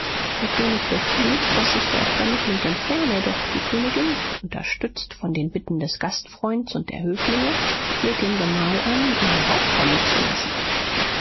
der könig befiehlt daß sich der fremdling entferne doch die königin unterstützt von den bitten des gastfreunds und der höflinge fleht den gemahl an ihn heraufkommen zu lassen